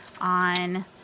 on